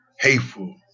hateful